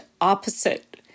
opposite